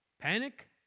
Panic